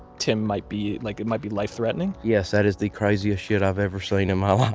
tim might be like, it might be life-threatening? yes. that is the craziest shit i've ever seen um ah